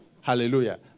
Hallelujah